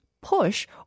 push